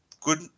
good